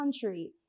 country